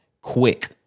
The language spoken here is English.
quick